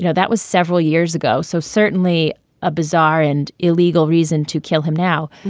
you know that was several years ago. so certainly a bizarre and illegal reason to kill him now.